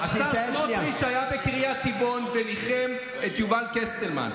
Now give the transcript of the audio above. השר סמוטריץ' היה בקריית טבעון וניחם את יובל קסטלמן.